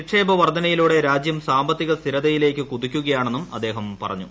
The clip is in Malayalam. നിക്ഷേപ വർദ്ധനയിലൂടെ രാജ്യം സാമ്പത്തിക്ട്ര സ്ഥിരതയിലേക്ക് കുതിക്കുകയാണെന്നും അദ്ദേഹം പറഞ്ഞു